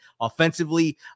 offensively